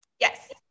Yes